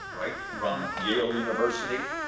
right from yale university,